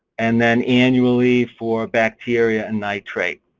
and then annually for bacteria and nitrate.